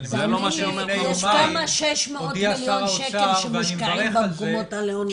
יש כמה 600 מיליון שקל שמושקעים במקומות הלא נכונים.